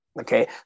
Okay